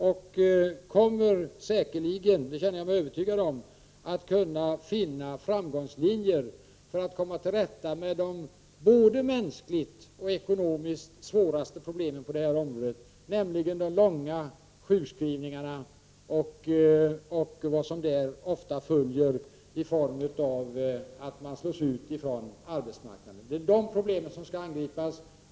Jag är också övertygad om att vi kommer att finna framgångslinjer för att komma till rätta med de både mänskligt och ekonomiskt svåraste problemen på detta område, nämligen långtidssjukskrivningen och vad som ofta följer i form av utslagning från arbetsmarknaden. Det är de problemen som skall angripas.